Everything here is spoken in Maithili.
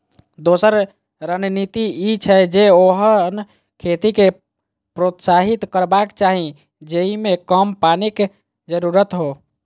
दोसर रणनीति ई छै, जे ओहन खेती कें प्रोत्साहित करबाक चाही जेइमे कम पानिक जरूरत हो